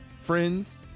Friends